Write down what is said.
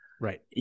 Right